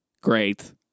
great